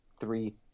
three